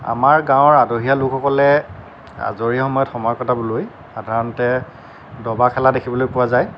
আমাৰ গাঁৱৰ আদহীয়া লোকসকলে আজৰি সময়ত সময় কটাবলৈ সাধাৰণতে দবা খেলা দেখিবলৈ পোৱা যায়